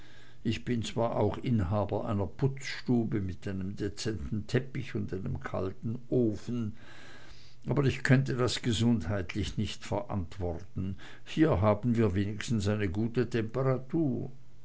ich bin zwar auch inhaber einer putzstube mit einem dezenten teppich und einem kalten ofen aber ich konnte das gesundheitlich nicht verantworten hier haben wir wenigstens eine gute